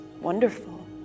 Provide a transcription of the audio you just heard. wonderful